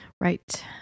Right